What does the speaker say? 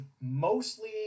mostly